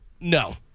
No